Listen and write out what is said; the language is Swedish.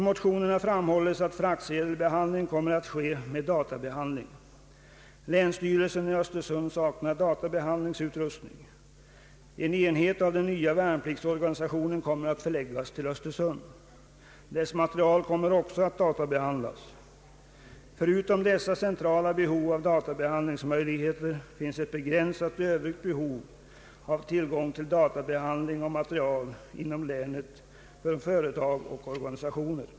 I motionerna framhålles att fraktsedelsbehandlingen kommer att ske med databehandling. Länsstyrelsen i Östersund saknar databehandlingsutrustning. En enhet av den Ang. regionalpolitiken nya värnpliktsorganisationen kommer att förläggas till Östersund. Även dess material kommer att databehandlas. Förutom dessa centrala behov av databehandlingsmöjligheter finnes ett begränsat övrigt behov av tillgång till databehandling av material inom Jämtlands län från företag och organisationer.